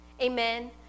Amen